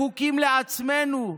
בחוקים לעצמנו,